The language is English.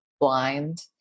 blind